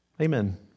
Amen